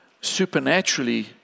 supernaturally